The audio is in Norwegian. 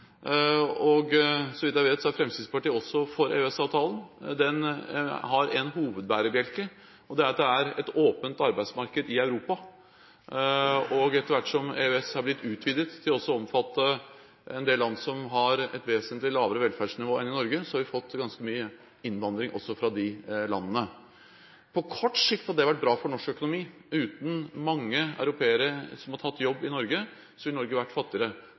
Så vidt jeg vet, er Fremskrittspartiet også for EØS-avtalen. Den har en hovedbærebjelke, og det er at det er et åpent arbeidsmarked i Europa. Etter hvert som EØS har blitt utvidet til også å omfatte en del land som har et vesentlig lavere velferdsnivå enn Norge, har vi fått ganske mye innvandring også fra de landene. På kort sikt har det vært bra for norsk økonomi. Uten mange europeere som har tatt jobb i Norge, ville Norge vært fattigere.